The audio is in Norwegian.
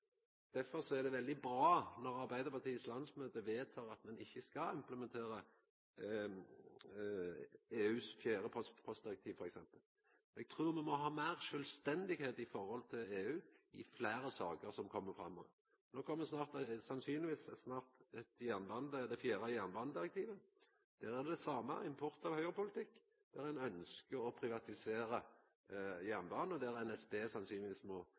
Derfor er det veldig bra når landsmøtet i Arbeidarpartiet vedtek at ein ikkje skal implementera EUs fjerde postdirektiv, f.eks. Eg trur me må ha meir sjølvstende i forhold til EU i fleire saker som kjem fram. No kjem sannsynlegvis snart det fjerde jernbanedirektivet. Det er det same der – import av Høgre-politikk, der ein ønskjer å privatisera jernbanen, og der NSB